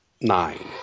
nine